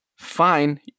fine